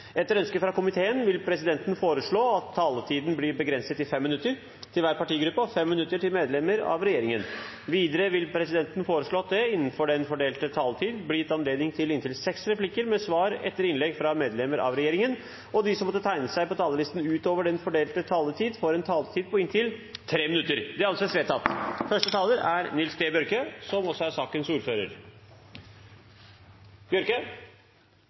Etter ønske fra komiteen vil presidenten foreslå at taletiden blir begrenset til 5 minutter til hver partigruppe og 5 minutter til medlemmer av regjeringen. Videre vil presidenten foreslå at det – innenfor den fordelte taletid – blir gitt anledning til inntil seks replikker med svar etter innlegg fra medlemmer av regjeringen, og at de som måtte tegne seg på talerlisten utover den fordelte taletid, får en taletid på inntil 3 minutter. – Det anses vedtatt.